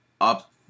up